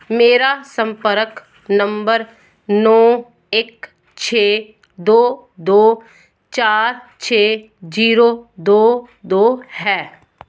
ਮੇਰਾ ਸੰਪਰਕ ਨੰਬਰ ਨੌਂ ਇੱਕ ਛੇ ਦੋ ਦੋ ਚਾਰ ਛੇ ਜੀਰੋ ਦੋ ਦੋ ਹੈ